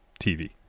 TV